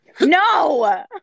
no